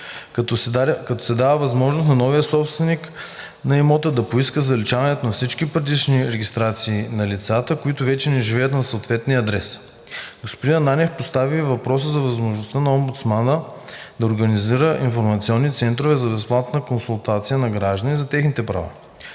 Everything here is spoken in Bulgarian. като се даде възможност на новия собственик на имота да поиска заличаване на всички предишни регистрации на лицата, които вече не живеят на този адрес. Господин Ананиев постави и въпроса за възможността на омбудсмана да организира информационни центрове за безплатна консултация на гражданите за техните права.